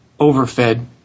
overfed